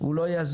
הוא לא יזוז.